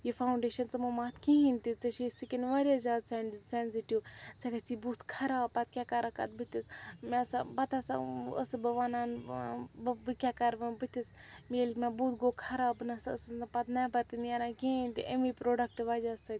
یہِ فانٛوڈیشَن ژٕ مہٕ مَتھ کِہیٖنۍ تہِ ژےٚ چھُے سِکِن واریاہ زیادٕ سیٚنٛزِٹِو ژےٚ گَژھِی بُتھ خراب پَتہٕ کیٛاہ کَرکھ اَتھ بُتھِس مےٚ ہَسا پَتہٕ ہَسا ٲسٕس بہٕ وَنان ٲں بہٕ بہٕ کیٛاہ کَرٕ وۄنۍ بُتھِس ییٚلہِ مےٚ بُتھ گوٚو خراب بہٕ نَہ سا ٲسٕس نہٕ پَتہٕ نیٚبَر تہِ نیران کِہیٖنۍ تہِ اَمہِ پرٛوڈَکٹہٕ وجہ سۭتۍ